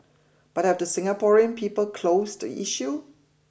but have the Singaporean people closed the issue